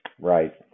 Right